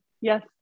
Yes